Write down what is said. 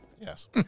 yes